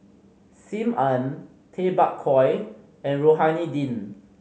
Sim Ann Tay Bak Koi and Rohani Din